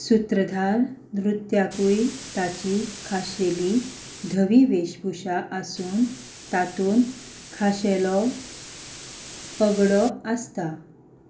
सुत्रधार नृत्याकूय ताची खाशेली धवी वेशभूषा आसून तातूंत खाशेलो पगडो आसता